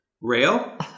rail